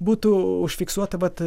būtų užfiksuota vat